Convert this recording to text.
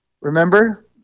Remember